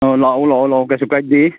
ꯑꯣ ꯂꯥꯛꯎ ꯂꯥꯛꯎ ꯂꯥꯛꯎ ꯀꯩꯁꯨ ꯀꯥꯏꯗꯦ